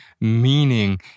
meaning